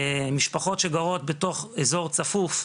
משפחות שגרות בתוך אזור צפוף,